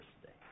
today